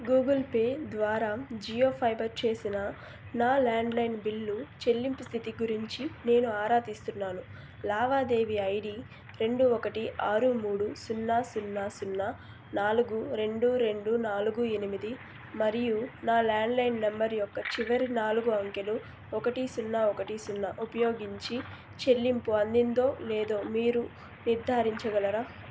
Google Pay ద్వారా జియోఫైబర్ చేసిన నా ల్యాండ్లైన్ బిల్లు చెల్లింపు స్థితి గురించి నేను ఆరా తీస్తున్నాను లావాదేవీ ఐడి రెండు ఒకటి ఆరు మూడు సున్నా సున్నా సున్నా నాలుగు రెండు రెండు నాలుగు ఎనిమిది మరియు నా ల్యాండ్లైన్ నంబర్ యొక్క చివరి నాలుగు అంకెలు ఒకటి సున్నా ఒకటి సున్నా ఉపయోగించి చెల్లింపు అందిందో లేదో మీరు నిర్ధారించగలరా